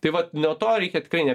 tai vat nuo to reikia tikrai ne